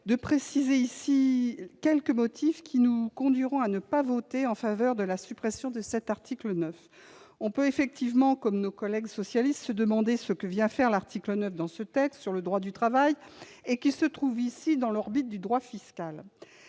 de préciser ici quelques motifs qui nous conduiront à ne pas voter en faveur de la suppression de l'article 9. On peut effectivement, comme nos collègues socialistes, se demander ce que vient faire cet article dans un texte sur le droit du travail, lequel se retrouve ici dans l'orbite du droit fiscal.